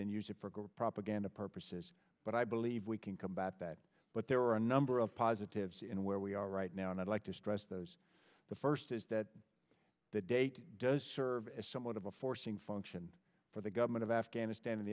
and use it for propaganda purposes but i believe we can combat that but there are a number of positives in where we are right now and i'd like to stress those the first is that the date does serve as somewhat of a forcing function for the government of afghanistan and